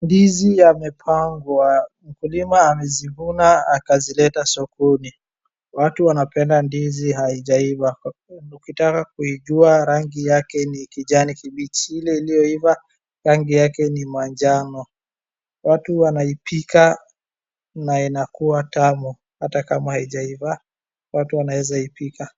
Ndizi yamepangwa. Mkulima amezivuna akazileta sokoni. Watu wanapenda ndizi haijaiva. Ukitaka kuijua rangi yake ni kijani kibichi, ile ilioiva rangi yake ni manjano. Watu wanaipika na inakuwa tamu ata kama haijaiva watu wanaeza ipika.